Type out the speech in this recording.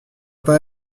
pas